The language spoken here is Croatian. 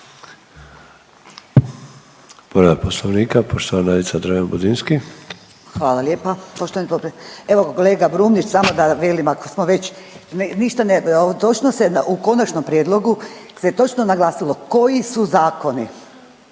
lijepa poštovani potpredsjedniče. Evo kolega Brumnić samo da velim ako smo već ništa … točeno se u konačnom prijedlogu se točno naglasilo koji su zakoni